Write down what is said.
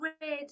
red